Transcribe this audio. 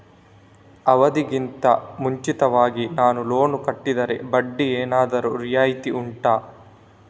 ಅವಧಿ ಗಿಂತ ಮುಂಚಿತವಾಗಿ ನಾನು ಲೋನ್ ಕಟ್ಟಿದರೆ ಬಡ್ಡಿ ಏನಾದರೂ ರಿಯಾಯಿತಿ ಉಂಟಾ